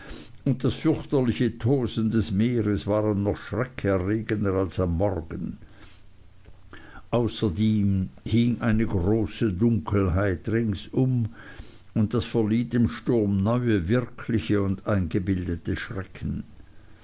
und das fürchterliche tosen des meeres waren noch schreckenerregender als am morgen außerdem hing große dunkelheit ringsum und das verlieh dem sturm neue wirkliche und eingebildete schrecken